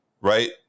right